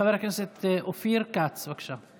חבר הכנסת אופיר כץ, בבקשה.